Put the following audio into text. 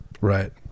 Right